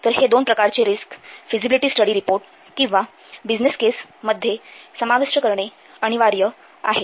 तर हे दोन प्रकारचे रिस्कस फिझिबिलिटी स्टडी रिपोर्ट किंवा बिझनेस केस मध्ये समाविष्ट करणे अनिवार्य आहे